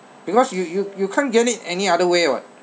because you you you can't get it any other way [what]